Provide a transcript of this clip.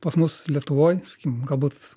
pas mus lietuvoj sakykim galbūt